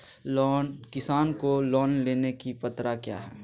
किसान को लोन लेने की पत्रा क्या है?